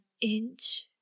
inch